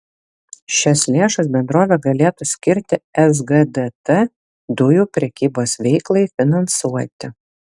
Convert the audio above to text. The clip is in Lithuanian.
šias lėšas bendrovė galėtų skirti sgdt dujų prekybos veiklai finansuoti